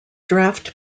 draft